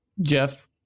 Jeff